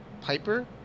Piper